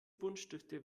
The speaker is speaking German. buntstifte